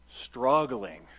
struggling